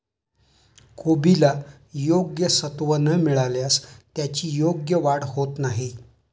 कोबीला योग्य सत्व न मिळाल्यास त्याची योग्य वाढ होत नाही